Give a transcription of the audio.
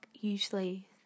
usually